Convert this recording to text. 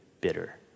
bitter